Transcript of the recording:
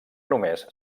només